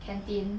canteen